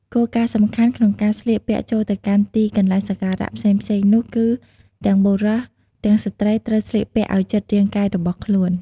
គោលគារណ៍សំខាន់ក្នុងការស្លៀកពាក់ចូលទៅកាន់ទីកន្លែងសក្ការៈផ្សេងៗនោះគឺ ទាំងបុរស ទាំងស្រ្តីត្រូវស្លៀកពាក់ឲ្យជិតរាងកាយរបស់ខ្លួន។